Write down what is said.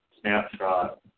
snapshot